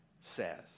says